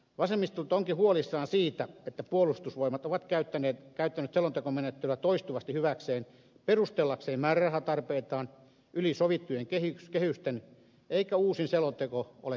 vasemmistoliitto onkin huolissaan siitä että puolustusvoimat on käyttänyt selontekomenettelyä toistuvasti hyväkseen perustellakseen määrärahatarpeitaan yli sovittujen kehysten eikä uusin selonteko ole tästä poikkeus